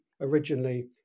originally